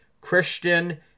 Christian